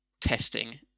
testing